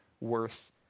worth